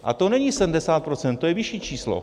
A to není 70 %, to je vyšší číslo.